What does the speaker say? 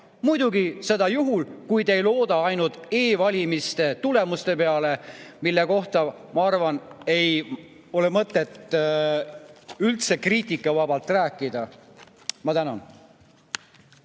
muidugi juhul, kui te ei looda ainult e‑valimiste tulemuste peale, millest, ma arvan, ei ole mõtet üldse kriitikavabalt rääkida. Ma tänan.